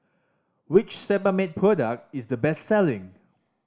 which Sebamed product is the best selling